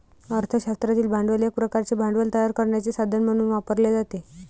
अर्थ शास्त्रातील भांडवल एक प्रकारचे भांडवल तयार करण्याचे साधन म्हणून वापरले जाते